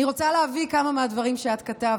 אני רוצה להביא כמה מהדברים שאת כתבת,